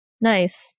Nice